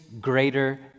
greater